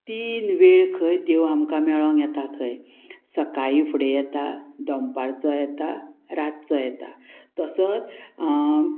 तीन वेळ खंय देव आमकां मेळोंक येता खंय सकाळीं फुडें येता दोनपारचो येता रातचो येता तसोच